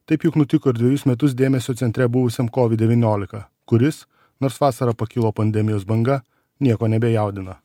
taip juk nutiko ir dvejus metus dėmesio centre buvusiam covid devyniolika kuris nors vasarą pakilo pandemijos banga nieko nebejaudina